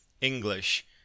english